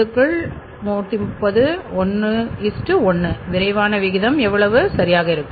130 க்குள் இது 1 1 விரைவான விகிதம் எவ்வளவு சரியாக இருக்கும்